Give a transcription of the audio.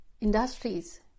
industries